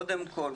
קודם כול,